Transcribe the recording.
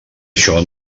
això